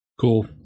Cool